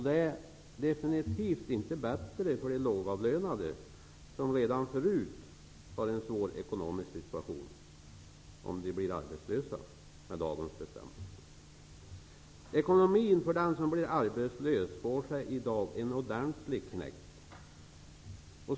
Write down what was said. Det blir definitivt inte bättre för de lågavlönade, vilka redan förut har en svår ekonomisk situation, om de blir arbetslösa när de bestämmelser vi fattar beslut om i dag gäller. Ekonomin för den som blir arbetslös får sig i dag en ordentlig knäck.